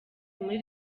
muri